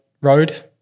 road